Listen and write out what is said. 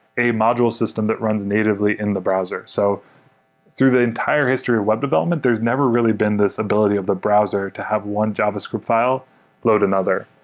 a module system that runs natively in the browser. so through the entire history of web development, there's never really been this stability of the browser to have one javascript file load another.